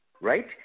right